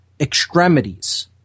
extremities